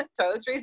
toiletries